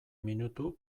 minutu